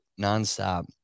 nonstop